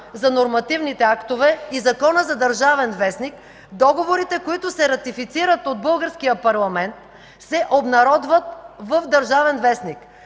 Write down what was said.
за нормативните актове и Закона за „Държавен вестник” договорите, които се ратифицират от българския парламент, се обнародват в „Държавен вестник”.